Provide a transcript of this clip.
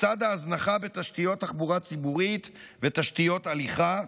לצד ההזנחה בתשתיות תחבורה ציבורית ותשתיות הליכה,